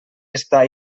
està